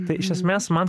tai iš esmės man